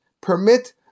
permit